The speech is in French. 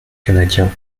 canadien